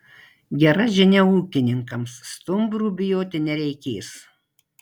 gera žinia ūkininkams stumbrų bijoti nereikės